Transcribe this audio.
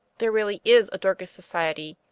there really is a dorcas society,